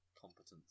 competence